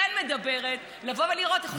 כן מדברת על לבוא ולראות איך עושים את זה נכון.